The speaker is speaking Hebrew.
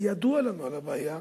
ידוע לנו על הבעיה,